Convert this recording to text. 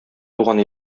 туган